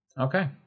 Okay